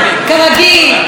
ומדברים.